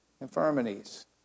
infirmities